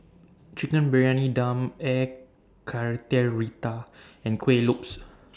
Chicken Briyani Dum Air Karthira and Kuih Lopes